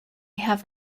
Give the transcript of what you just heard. have